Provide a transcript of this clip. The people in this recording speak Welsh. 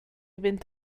fynd